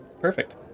Perfect